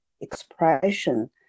expression